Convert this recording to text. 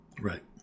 right